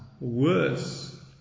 worse